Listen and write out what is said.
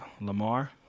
Lamar